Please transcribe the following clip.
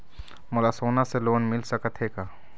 मोला सोना से लोन मिल सकत हे का?